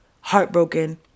heartbroken